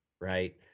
right